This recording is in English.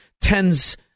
tens